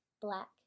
black